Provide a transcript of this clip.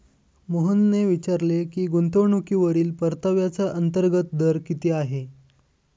मोहनने विचारले की गुंतवणूकीवरील परताव्याचा अंतर्गत दर किती आहे?